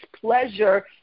pleasure